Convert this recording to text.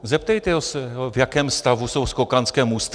Zeptejte se ho, v jakém stavu jsou skokanské můstky.